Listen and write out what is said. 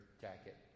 jacket